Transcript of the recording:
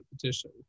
petition